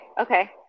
Okay